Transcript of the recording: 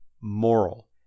moral